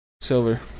Silver